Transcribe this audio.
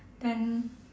then